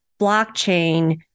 blockchain